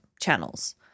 channels